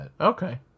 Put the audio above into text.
Okay